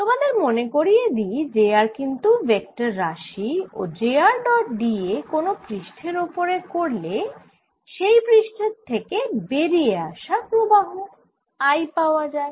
তোমাদের মনে করিয়ে দিই j r কিন্তু ভেক্টর রাশি ও j r dot d a কোন পৃষ্ঠের ওপরে করলে সেই পৃষ্ঠের থেকে বেরিয়ে আসা প্রবাহ I পাওয়া যায়